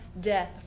death